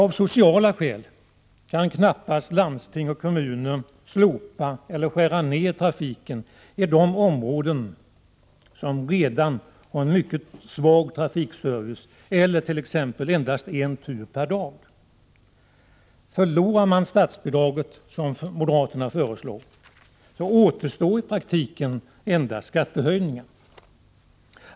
Av sociala skäl kan knappast landsting och kommuner slopa eller skära ned trafiken i de områden som redan har en mycket svag trafikservice med t.ex. endast en tur per dag. Förlorar man statsbidraget — som moderaterna föreslår — återstår i praktiken endast skattehöjningar.